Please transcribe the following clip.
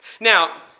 Now